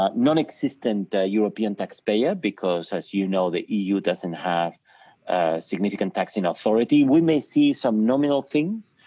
um non-existent european taxpayer because as you know the eu doesn't have significant taxing authority. we may see some nominal things,